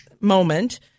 moment